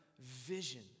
vision